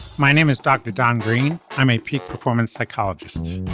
my name is dr. don green. i'm a peak performance psychologist.